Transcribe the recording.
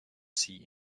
see